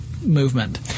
Movement